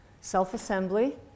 self-assembly